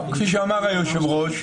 כפי שאמר היושב-ראש,